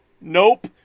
Nope